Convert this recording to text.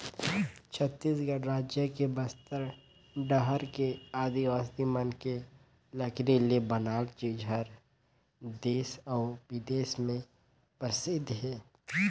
छत्तीसगढ़ रायज के बस्तर डहर के आदिवासी मन के लकरी ले बनाल चीज हर देस अउ बिदेस में परसिद्ध हे